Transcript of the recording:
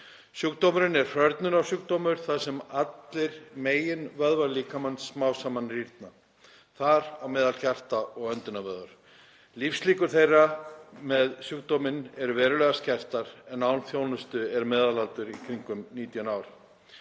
Sjúkdómurinn er hrörnunarsjúkdómur þar sem allir meginvöðvar líkamans rýrna smám saman, þar á meðal hjarta- og öndunarvöðvar. Lífslíkur fólks með sjúkdóminn eru verulega skertar en án þjónustu er meðalaldur í kringum 19 ár.